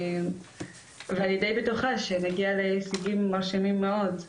אני דיי בטוחה שנגיע להישגים מרשימים מאוד,